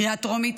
קריאה טרומית.